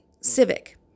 Civic